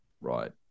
right